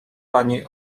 pani